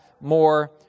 more